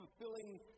fulfilling